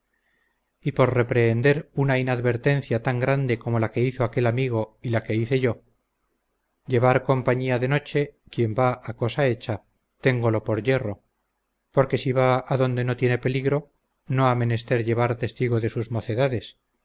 y por reprehender una inadvertencia tan grande como la que hizo aquel amigo y la que hice yo llevar compañía de noche quien va a cosa hecha tengolo por yerro porque si va adonde no tiene peligro no ha menester llevar testigo de sus mocedades